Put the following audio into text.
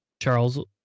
Charles